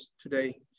today